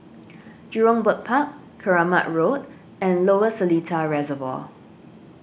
Jurong Bird Park Keramat Road and Lower Seletar Reservoir